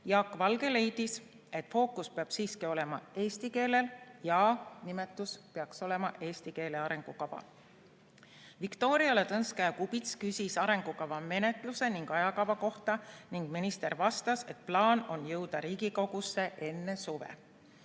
Jaak Valge leidis, et fookus peab siiski olema eesti keelel ja nimetus peaks olema "Eesti keele arengukava". Viktoria Ladõnskaja-Kubits küsis arengukava menetluse ning ajakava kohta ning minister vastas, et plaan on jõuda Riigikogusse enne suve.